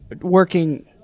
working